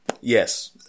Yes